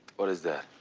what is that?